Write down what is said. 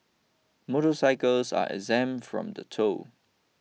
motorcycles are exempt from the toll